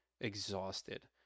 exhausted